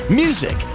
Music